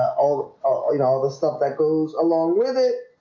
all ah you know the stuff that goes along with it,